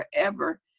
forever